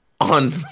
on